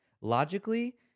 Logically